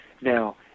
Now